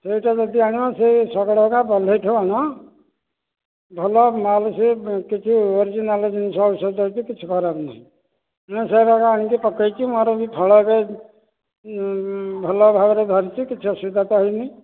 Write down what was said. ସେହିଠୁ ଯଦି ଆଣିବ ସେ ଶକଡ଼ଟା ବନ୍ଧେଇଠୁ ଆଣୁନ ଭଲ ମାଲ ସେ ଟିକେ ଓରିଜିନାଲ ଜିନିଷ ସବୁ ଦେଉଛି କିଛି ଖରାପ ନାହିଁ ମୁଁ ସାର ଆଣିକି ପକାଇଛି ମୋର ଫଳ ଏବେ ଭଲ ଭାବରେ ଧରିଛି କିଛି ଅସୁବିଧା ତ ହୋଇନି